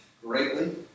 greatly